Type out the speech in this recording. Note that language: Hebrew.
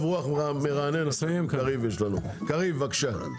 קריב, בבקשה.